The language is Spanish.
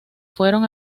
fueron